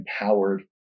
empowered